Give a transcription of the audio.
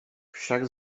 však